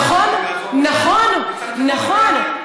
נכון, נכון, נכון.